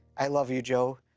i love you, joe,